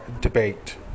debate